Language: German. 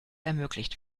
ermöglicht